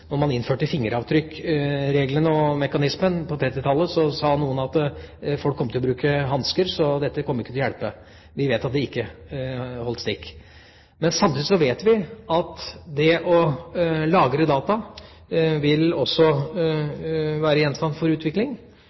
innførte fingeravtrykkregelen og -mekanismen på 1930-tallet, sa noen at folk kom til å bruke hansker, så dette kom ikke til å hjelpe. Vi vet at det ikke holdt stikk. Samtidig vet vi at det å lagre data også vil være gjenstand for utvikling.